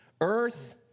earth